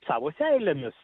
savo seilėmis